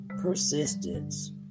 persistence